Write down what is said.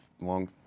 long